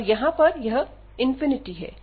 और यहां पर यह है